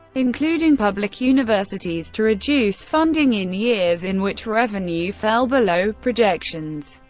including public universities, to reduce funding in years in which revenue fell below projections.